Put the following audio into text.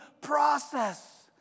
process